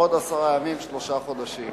בעוד עשרה ימים שלושה חודשים.